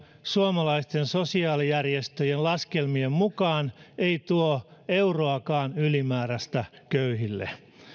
suomalaisten sosiaalijärjestöjen laskelmien mukaan tämä talousarvio ei tuo euroakaan ylimääräistä köyhille